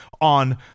on